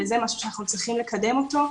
וזה משהו שאנחנו צריכים לקדם אותו.